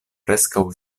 preskaŭ